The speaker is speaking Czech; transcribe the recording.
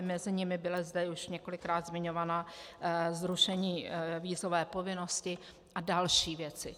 Mezi nimi bylo zde už několikrát zmiňované zrušení vízové povinnosti a další věci.